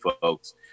folks